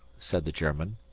said the german.